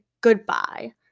Goodbye